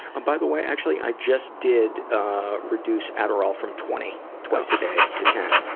um by the way, actually, i just did, ah, reduced adderall from twenty twice a day to ten.